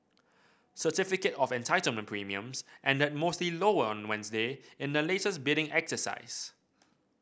certificate of Entitlement premiums ended mostly lower on Wednesday in the latest bidding exercise